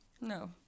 No